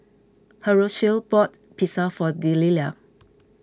Horacio bought Pizza for Delila